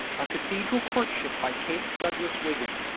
a cathedral courtship by kate douglas wiggin